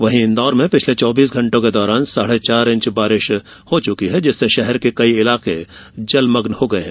वहीं इंदौर में पिछले चाबेस घंटों के दौरान साढे चार इंच बारिश हो चुकी है जिससे शहर के कई इलाके जलमग्न हो गये है